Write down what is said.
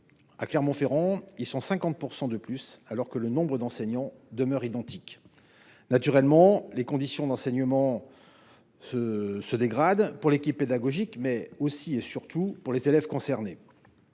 À Clermont Ferrand, ils sont 50 % de plus, alors que le nombre d’enseignants demeure identique. Naturellement, les conditions d’enseignement se dégradent, pour l’équipe pédagogique comme pour les élèves concernés.